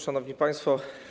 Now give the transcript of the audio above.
Szanowni Państwo!